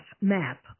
map